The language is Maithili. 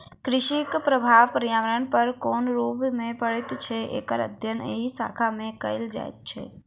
कृषिक प्रभाव पर्यावरण पर कोन रूप मे पड़ैत छै, एकर अध्ययन एहि शाखा मे कयल जाइत छै